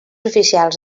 oficials